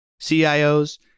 CIOs